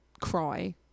cry